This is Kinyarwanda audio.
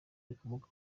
rikomoka